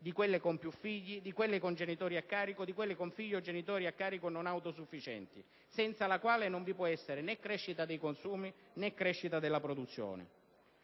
di quelle con più figli, di quelle con genitori a carico e di quelle con figli o genitori a carico non autosufficienti. Senza tale riforma non vi può essere né crescita di consumi, né della produzione.